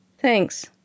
Thanks